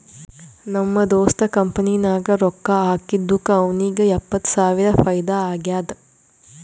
ನಮ್ ದೋಸ್ತ್ ಕಂಪನಿ ನಾಗ್ ರೊಕ್ಕಾ ಹಾಕಿದ್ದುಕ್ ಅವ್ನಿಗ ಎಪ್ಪತ್ತ್ ಸಾವಿರ ಫೈದಾ ಆಗ್ಯಾದ್